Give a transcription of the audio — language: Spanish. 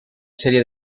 serie